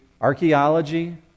archaeology